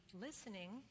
listening